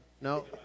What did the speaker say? No